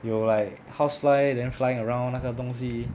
有 like housefly then flying around 那个东西